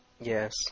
yes